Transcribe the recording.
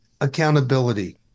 accountability